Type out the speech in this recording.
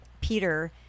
Peter